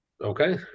Okay